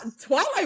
twilight